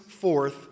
forth